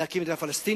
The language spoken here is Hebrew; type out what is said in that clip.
להקים מדינה פלסטינית,